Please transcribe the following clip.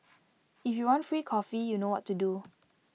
if you want free coffee you know what to do